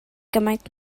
gymaint